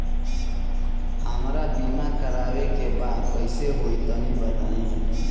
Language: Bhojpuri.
हमरा बीमा करावे के बा कइसे होई तनि बताईं?